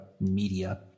media